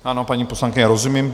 Ano, paní poslankyně, rozumím.